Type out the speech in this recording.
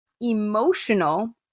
emotional